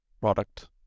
product